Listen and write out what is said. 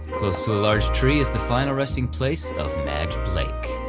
close to a large tree is the final resting place of madge blake.